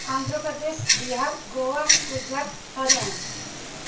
Andhra Pradesh Bihar Goa Gujarat Haryana